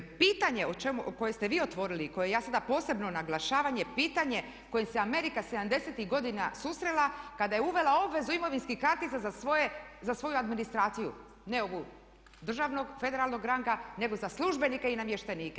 Pitanje koje ste vi otvorili i koje ja sada posebno naglašavam je pitanje kojim se Amerika '70.-ih godina susrela kada je uvela obvezu imovinskih kartica za svoju administraciju, ne ovu državnog, federalnog ranga nego za službenike i namještenike.